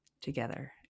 together